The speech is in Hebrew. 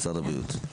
משרד הבריאות.